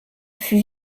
fut